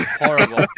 horrible